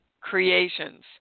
creations